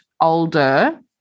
older